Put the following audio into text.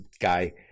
guy